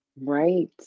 right